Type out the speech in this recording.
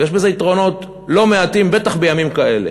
ויש בזה יתרונות לא מעטים, בטח בימים כאלה.